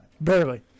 Barely